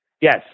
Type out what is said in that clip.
Yes